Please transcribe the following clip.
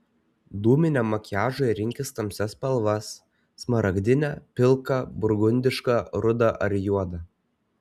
dūminiam makiažui rinkis tamsias spalvas smaragdinę pilką burgundišką rudą ar juodą